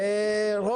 חיזוק חיובי מכולנו.